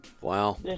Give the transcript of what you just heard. Wow